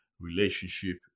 relationship